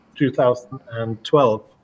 2012